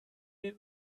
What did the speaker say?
den